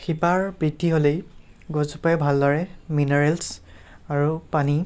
শিপাৰ বৃদ্ধি হ'লেই গছজোপাই ভালদৰে মিনাৰেলচ আৰু পানী